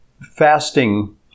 fasting